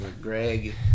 Greg